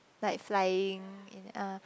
like flying in uh